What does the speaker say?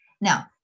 Now